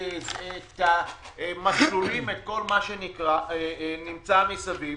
את המסלולים וכל מה שנמצא מסביב.